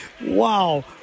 Wow